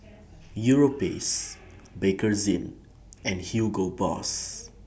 Europace Bakerzin and Hugo Boss